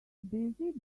busy